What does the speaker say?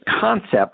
concept